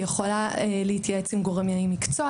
היא יכולה להתייעץ עם גורמי מקצוע,